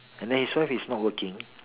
and then his wife is not working